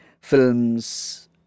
films